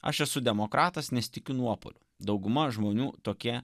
aš esu demokratas nesitikiu nuopuolio dauguma žmonių tokie